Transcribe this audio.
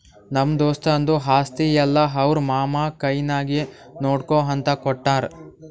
ನಮ್ಮ ದೋಸ್ತದು ಆಸ್ತಿ ಎಲ್ಲಾ ಅವ್ರ ಮಾಮಾ ಕೈನಾಗೆ ನೋಡ್ಕೋ ಅಂತ ಕೊಟ್ಟಾರ್